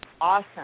awesome